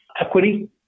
equity